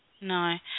No